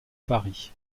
paris